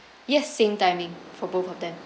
yes same timing for both of them